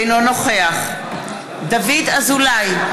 אינו נוכח דוד אזולאי,